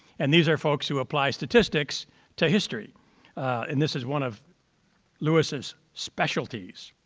and these are folks who applied statistics to history and this is one of louis's specialties.